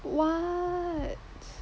what